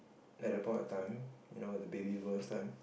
at that point of time you know the baby boomers time